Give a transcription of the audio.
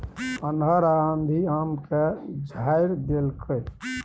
अन्हर आ आंधी आम के झाईर देलकैय?